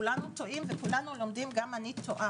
כולנו לומדים וכולנו טועים.